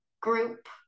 group